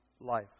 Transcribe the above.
life